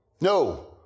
No